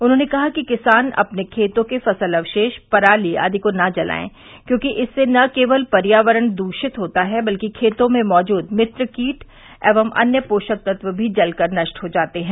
उन्होंने कहा कि किसान अपने खेतों के फसल अवशेष पराली आदि को न जलायें क्योंकि इससे न केवल इससे पर्यावरण दूषित होता है बल्कि खेतों में मौजूद मित्र कीट एवं अन्य पोषक तत्व भी जलकर नष्ट हो जाते हैं